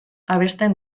abesten